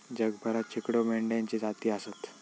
जगभरात शेकडो मेंढ्यांच्ये जाती आसत